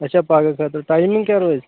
اچھا پَگاہ خٲطرٕ ٹایمِنٛگ کیٚاہ روزِ